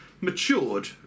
matured